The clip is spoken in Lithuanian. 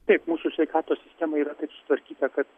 taip mūsų sveikatos sistema yra taip sutvarkyta kad